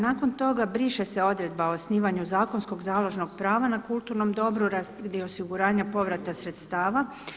Nakon toga briše se odredba o osnivanju zakonskog založnog prava na kulturnom dobru, … osiguranja povrata sredstava.